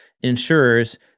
insurers